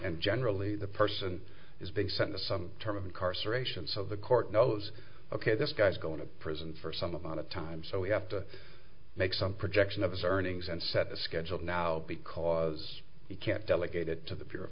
and generally the person is being sent to some term of incarceration so the court knows ok this guy's going to prison for some amount of time so we have to make some projection of his earnings and set a schedule now because he can't delegate it to the bure